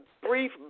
brief